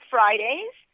Fridays